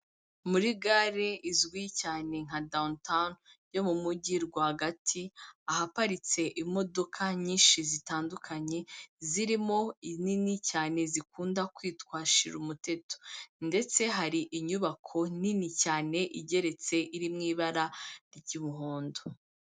Muri gare izwi cyane nka Down Town yo mu Mujyi rwagati, ahaparitse imodoka nyinshi zitandukanye, zirimo inini cyane zikunda kwitwa shirumuteto ndetse hari inyubako nini cyane igeretse iri mu ibara ry'umuhondo.